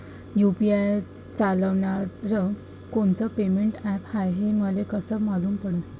UPI चालणारं कोनचं payment app हाय, हे मले कस मालूम पडन?